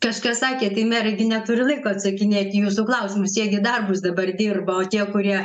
kažkas sakė tai merai gi neturi laiko atsakinėti į jūsų klausimus jie gi darbus dabar dirba o tie kurie